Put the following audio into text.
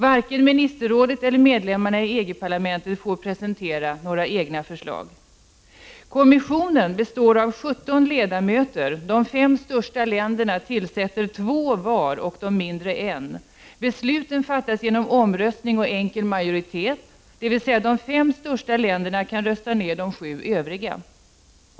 Varken ministerrådet eller medlemmarna i EG-parlamentet får presentera några egna förslag. Kommissionen består av 17 ledamöter, de fem största länderna tillsätter två var och de mindre en. Besluten fattas genom omröstning och enkelmajoritet, dvs. att de fem största länderna kan rösta ner de sju övriga!